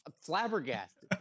flabbergasted